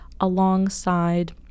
alongside